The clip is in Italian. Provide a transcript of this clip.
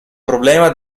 problema